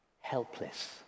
Helpless